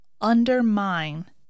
undermine